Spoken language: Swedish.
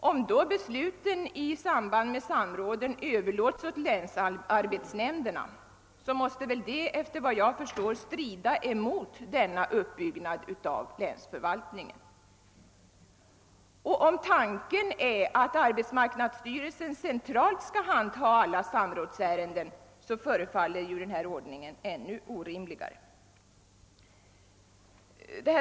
Om då besluten i samband med samråden överlåts åt länsarbetsnämnderna, så måste väl det efter vad jag förstår strida mot denna uppbyggnad av länsförvaltningen. Och om tanken är att arbetsmarknadsstyrelsen centralt skall handha alla samrådsärenden så förefaller ordningen ännu orimligare.